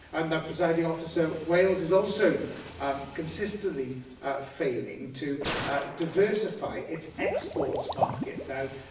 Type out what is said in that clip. and presiding officer, wales is also um consistently failing to diversify its exports market. now,